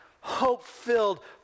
hope-filled